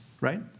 right